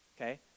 okay